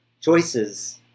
choices